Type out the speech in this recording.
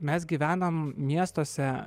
mes gyvenam miestuose